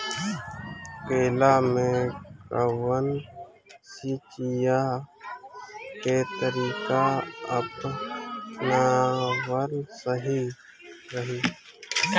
केला में कवन सिचीया के तरिका अपनावल सही रही?